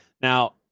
Now